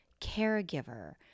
caregiver